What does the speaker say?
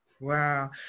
Wow